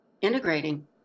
integrating